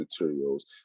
materials